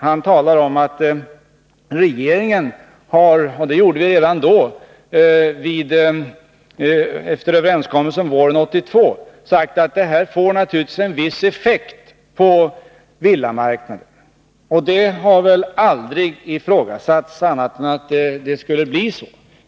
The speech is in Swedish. Han talar om att regeringen har — och det gjorde vi redan efter det att överenskommelsen träffats våren 1982—sagt att detta får effekt på villamarknaden. Att det skulle bli så har väl aldrig ifrågasatts.